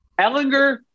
Ellinger